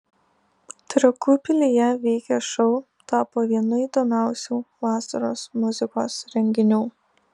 trakų pilyje vykęs šou tapo vienu įdomiausių vasaros muzikos renginių